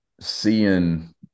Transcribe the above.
seeing